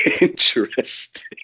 Interesting